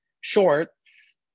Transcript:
shorts